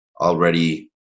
already